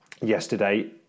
yesterday